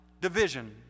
division